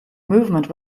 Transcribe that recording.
movement